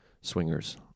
Swingers